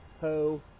Ho